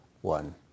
one